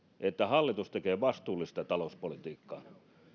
että hallitus tekee vastuullista talouspolitiikkaa